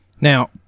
Now